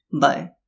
Bye